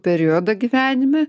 periodą gyvenime